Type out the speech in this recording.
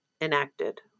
enacted